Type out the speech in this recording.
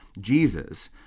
Jesus